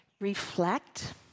Reflect